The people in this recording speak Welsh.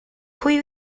pwy